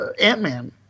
Ant-Man